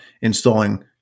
installing